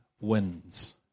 wins